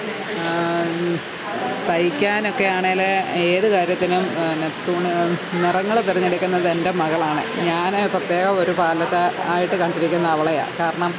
തയ്ക്കാനൊക്കെ ആണെങ്കിൽ ഏത് കാര്യത്തിനും പിന്നെ തുണ് നിറങ്ങൾ തിരഞ്ഞെടുക്കുന്നത് എൻ്റെ മകളാണ് ഞാൻ പ്രത്യേകം ഒരു ആയിട്ട് കണ്ടിരിക്കുന്നത് അവളെയാണ് കാരണം